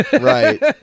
Right